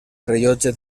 rellotge